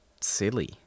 silly